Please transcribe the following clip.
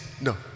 No